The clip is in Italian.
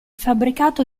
fabbricato